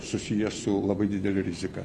susiję su labai didele rizika